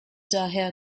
daher